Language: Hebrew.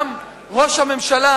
גם ראש הממשלה,